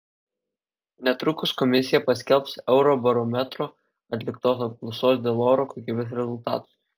netrukus komisija paskelbs eurobarometro atliktos apklausos dėl oro kokybės rezultatus